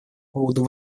поводу